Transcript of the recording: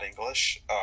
English